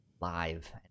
live